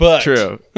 True